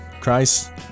christ